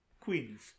Queens